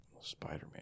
Spider-Man